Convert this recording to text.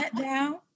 down